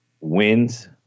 Wins